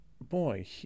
boy